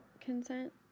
consent